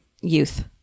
youth